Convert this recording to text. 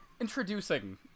introducing